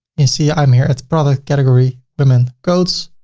you see i'm here at product category, women coats,